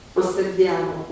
osserviamo